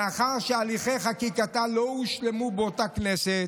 מאחר שהליכי חקיקתה לא הושלמו באותה כנסת,